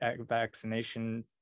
vaccination